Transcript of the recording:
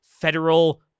federal